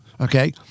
okay